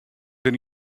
der